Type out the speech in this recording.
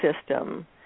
system